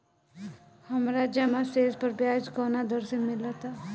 हमार जमा शेष पर ब्याज कवना दर से मिल ता?